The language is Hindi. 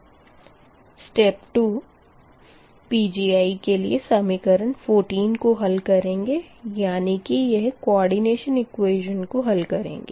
स्टेप 2 Pgi के लिए समीकरण 14 को हल करेंगे यानी कि यह को समन्वय समीकरण को हल करेंगे